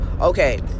Okay